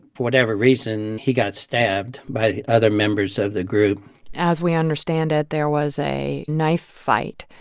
for whatever reason, he got stabbed by other members of the group as we understand it, there was a knife fight,